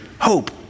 hope